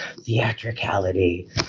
theatricality